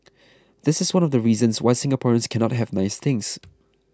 this is one of the reasons why Singaporeans cannot have nice things